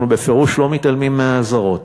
אנחנו בפירוש לא מתעלמים מהאזהרות.